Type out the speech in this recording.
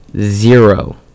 zero